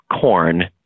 Corn